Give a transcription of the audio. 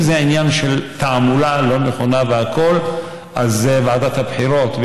אם זה עניין של תעמולה לא נכונה והכול אז זה ועדת הבחירות,